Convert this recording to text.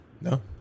No